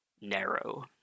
Narrow